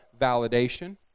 validation